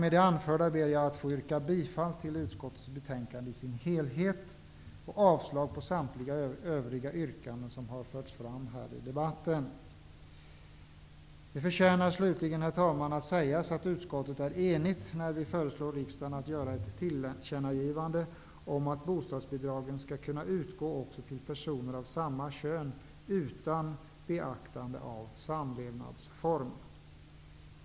Med det anförda ber jag att få yrka bifall till utskottets hemställan i sin helhet och avslag på samtliga övriga yrkanden som har förts fram här i debatten. Det förtjänar slutligen att sägas, herr talman, att utskottet är enigt när vi föreslår riksdagen att göra ett tillkännagivande om att bostadsbidrag skall kunna utgå också till personer av samma kön, utan beaktande av samlevnadsform.